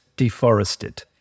deforested